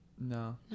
No